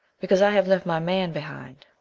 because i have left my man behind.